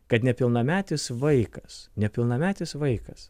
kad nepilnametis vaikas nepilnametis vaikas